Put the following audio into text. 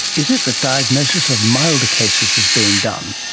is it that diagnosis of milder cases is being done?